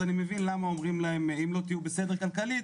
אז אני מבין למה אומרים להם אם לא תהיו בסדר כלכלית,